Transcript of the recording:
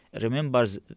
remembers